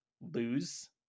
lose